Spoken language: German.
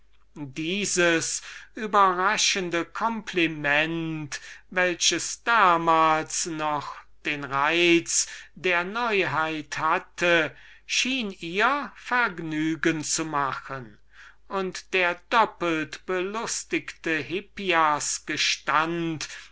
dieses überraschende kompliment welches damals noch den reiz der neuheit hatte weil es noch nicht an die daphnen und chloen so vieler neuern poeten verschwendet worden war schien ihr vergnügen zu machen und der doppelt belustigte hippias